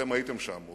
אתם הייתם שם,